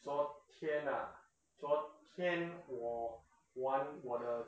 昨天啊昨天我玩我的